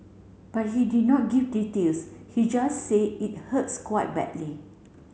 but he did not give details he just said it hurts quite badly